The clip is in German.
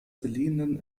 beliehenen